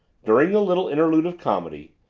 during the little interlude of comedy,